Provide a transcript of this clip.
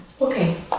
Okay